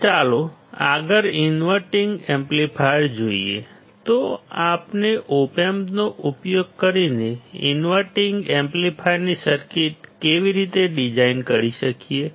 હવે ચાલો આગળ ઇન્વર્ટીંગ એમ્પ્લીફાયર જોઈએ તો આપણે ઓપ એમ્પનો ઉપયોગ કરીને ઇન્વર્ટીંગ એમ્પ્લીફાયરની સર્કિટ કેવી રીતે ડિઝાઇન કરી શકીએ